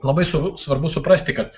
labai svarbu svarbu suprasti kad